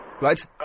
Right